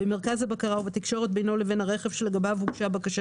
במרכז הבקרה ובתקשורת בינו לבין הרכב שלגבי הוגשה בקשה